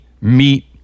meat